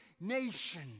nation